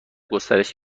گسترش